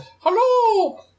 Hello